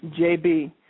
JB